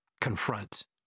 confront